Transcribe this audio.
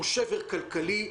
הוא שבר כלכלי,